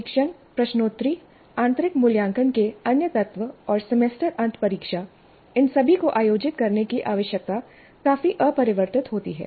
परीक्षण प्रश्नोत्तरी आंतरिक मूल्यांकन के अन्य तत्व और सेमेस्टर अंत परीक्षा इन सभी को आयोजित करने की आवश्यकता काफी अपरिवर्तित होती है